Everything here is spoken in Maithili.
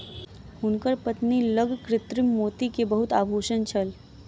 हुनकर पत्नी लग कृत्रिम मोती के बहुत आभूषण छल